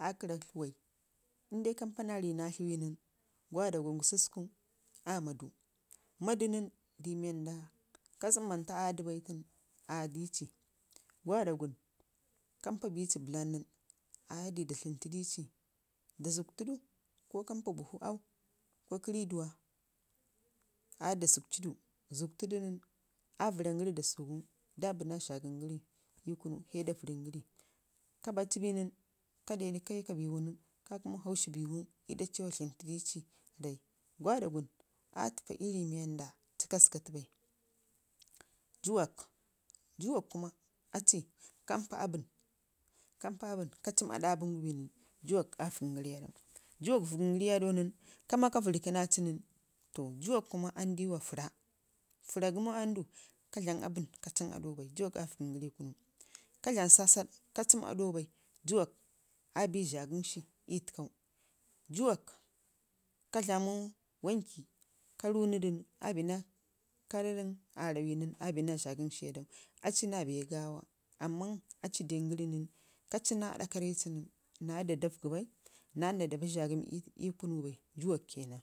aa karra tlawai inde kampana rii naa tla wi nan gwadagun gusuku aamadlu maadu nən, rici wanda ka tsimmanta ayaɗu bi nan ayadici gwadagim kampa bici bəlam nən aya dayi da dləmtidici da zəktudu ko kampa buhu qau ko kə rriduwa aya da zəkciɗu, zəktudu nən aa vərrangəri da subugu daabi naa zha gəngəri ii kunu sai da varringəri. Ka baci bin nən ka dew kai ka sabawu nən ka kəmu haushi biwu tii ɗa cewa dləmtidi ai, bai, gwada gun aa təfa ii rrii wanda ci ka zəgatu bai. Jəwabi jəwak kuma aci kampa aabən ka cəm aɗa aabənguy bi nən jəwak aa vəgən gara ii aɗau dəwak vəgəngəra ii a ɗau nən kama ka vərrkəna aci nən fo jəwak kuma aani diwa fərra, fərra gəmo aa nida ka dlam aabən ka aiim aɗau bai jəwak aa vəgəngəri ii aɗau, ka dlam sasaɗ ka ciim aɗau bai jəwak aa bii zhagənshi ii takau jəwak ka dlama wanki ka runi di nən kanrarən aarrawai nən jo dəwak aa bi naa zhagəmshi ii təkau aci na bee gaawa amman aci dangərn nan ka ciim naa aɗa karre ci nan naa yanda da vəggi bai naa yauda da dii zhagəm ii kunu bai. Dəwak ke nan,